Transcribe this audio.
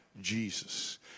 Jesus